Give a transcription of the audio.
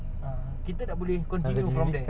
ah kita dah boleh dah boleh continue from there